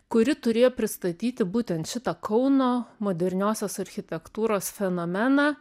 kuri turėjo pristatyti būtent šitą kauno moderniosios architektūros fenomeną